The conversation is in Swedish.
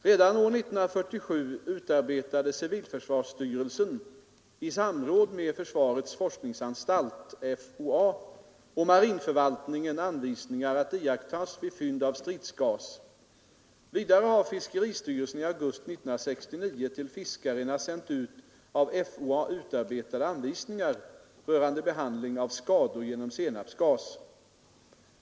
Redan år 1947 utarbetade civilförsvarsstyrelsen i samråd med försvarets forskningsanstalt och marinförvaltningen anvisningar att iakttas vid fynd av stridsgas. Vidare har fiskeristyrelsen i augusti 1969 till fiskarna sänt ut av FOA utarbetade anvisningar rörande behandling av skador genom senapsgas.